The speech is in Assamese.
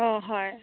অঁ হয়